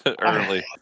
Early